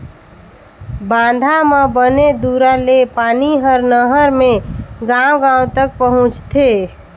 बांधा म बने दूरा ले पानी हर नहर मे गांव गांव तक पहुंचथे